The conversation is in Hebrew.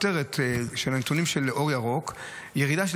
הכותרת של הנתונים של אור ירוק: ירידה של